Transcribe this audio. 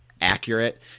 accurate